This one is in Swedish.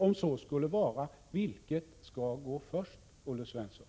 Om så skulle vara, vilket skall gå före, Olle Svensson?